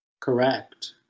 correct